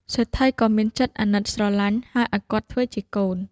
សេដ្ឋីក៏មានចិត្តអាណិតស្រលាញ់ ហើយឱ្យគាត់ធ្វើជាកូន។